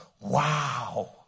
wow